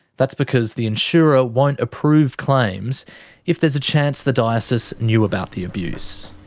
that's because the insurer won't approve claims if there's a chance the diocese knew about the abuse.